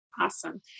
Awesome